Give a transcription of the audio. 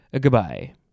goodbye